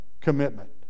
commitment